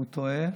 טועה,